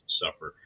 suffer